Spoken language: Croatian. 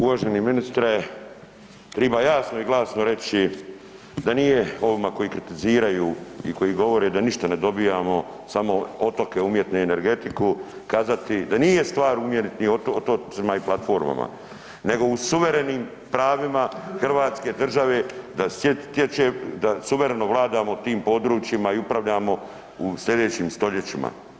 Uvaženi ministre, triba jasno i glasno reći da nije ovima koji kritiziraju i koji govore da ništa ne dobijamo samo otoke umjetne i energetiku, kazati da nije stvar u umjetnim otocima i platformama nego u suverenim pravima hrvatske države da suvremeno vladamo tim područjima i upravljamo u slijedećim stoljećima.